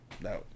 no